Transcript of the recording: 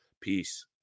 Peace